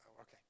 okay